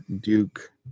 Duke